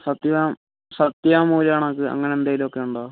സത്യവാം സത്യവാങ്മൂലം കണക്ക് അങ്ങനെ എന്തെങ്കിലുമൊക്കെ ഉണ്ടോ